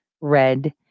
Red